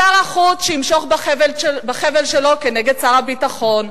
שר החוץ, שימשוך בחבל שלו כנגד שר הביטחון,